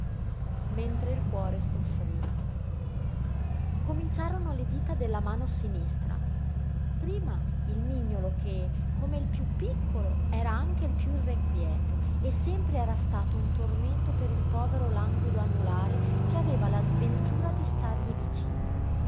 da dirvi cominciarono le dita della mano sinistra prima il mignolo che come il piú piccolo era anche il piú irrequieto e sempre era stato un tormento per il povero languido anulare che aveva la sventura di stargli vicino